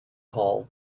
hall